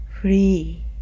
Free